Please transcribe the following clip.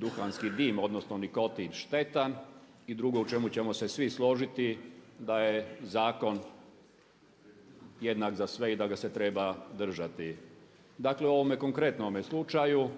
duhanski dim, odnosno nikotin štetan i drugo u čemu ćemo svi složiti da je zakon jednak za sve i da ga se treba držati. Dakle u ovome konkretnome slučaju